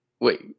Wait